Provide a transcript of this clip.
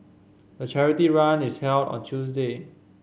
the charity run is held on a Tuesday